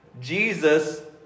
Jesus